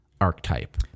archetype